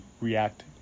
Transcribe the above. react